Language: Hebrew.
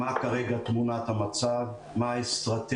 אסביר מה היא כרגע תמונת המצב,